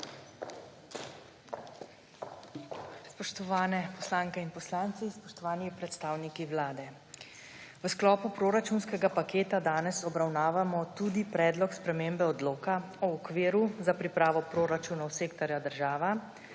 Spoštovane poslanke in poslanci, spoštovani predstavniki Vlade! V sklopu proračunskega paketa danes obravnavamo tudi predlog spremembe Odloka o okviru za pripravo proračunov sektorja država